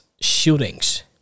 shootings